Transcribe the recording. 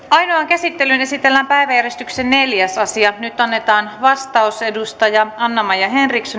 käsittelyyn esitellään päiväjärjestyksen neljäs asia nyt annetaan vastaus edustaja anna maja henrikssonin ynnä